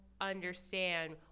understand